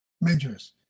Majors